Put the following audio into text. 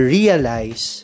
realize